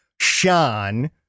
Sean